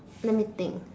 let me think